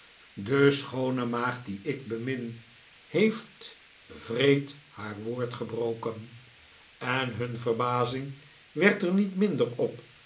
de schoone maagd die ik bemin heeft wreed haar woord sebroken en hun verbazing werd er niet minder op